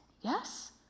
yes